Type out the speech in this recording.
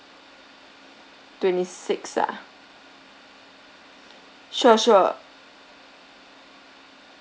twenty sixth ah sure sure